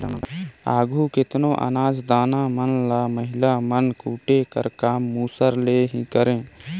आघु केतनो अनाज दाना मन ल महिला मन कूटे कर काम मूसर ले ही करें